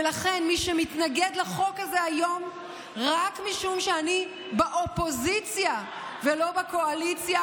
ולכן מי שמתנגד לחוק הזה היום רק משום שאני באופוזיציה ולא בקואליציה,